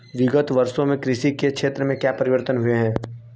विगत वर्षों में कृषि के क्षेत्र में क्या परिवर्तन हुए हैं?